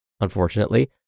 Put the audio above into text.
Unfortunately